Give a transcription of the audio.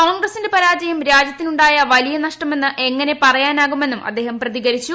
കോൺഗ്രസിന്റെ പരാജയം രാജ്യത്തിനു ായ വലിയ നഷ്ടമെന്ന് എങ്ങനെ പറയാനാകുമെന്നും അദ്ദേഹം പ്രതികരിച്ചു